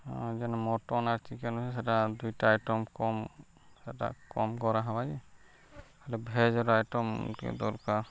ହଁ ଯେନ୍ ମଟନ୍ ଆର୍ ଚିକେନ୍ ଅଛେ ସେଟା ଦୁଇଟା ଆଇଟମ୍ କମ୍ ସେଟା କମ୍ କରାହେବା ଯେ ହେଲେ ଭେଜ୍ର ଆଇଟମ୍ ଟିକେ ଦର୍କାର୍